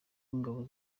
w’ingabo